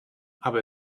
aber